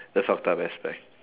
the fucked up aspect